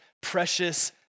precious